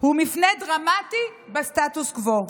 הוא מפנה דרמטי בסטטוס קוו.